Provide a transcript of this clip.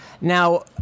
Now